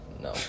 no